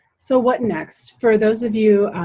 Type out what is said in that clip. so what next? for those of you,